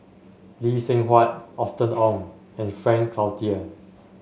Lee Seng Huat Austen Ong and Frank Cloutier